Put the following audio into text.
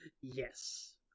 Yes